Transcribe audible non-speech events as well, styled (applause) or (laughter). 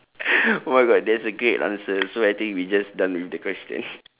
(breath) oh my god that is a great answer so I think we just done with the question